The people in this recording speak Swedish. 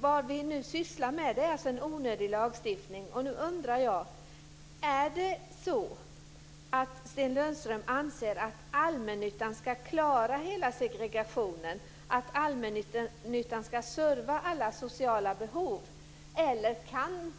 Vad vi nu sysslar med är alltså en onödig lagstiftning. Nu undrar jag: Är det så att Sten Lundström anser att allmännyttan ska klara hela segregationen, att allmännyttan ska serva alla sociala behov? Eller kan